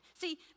See